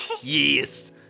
Yes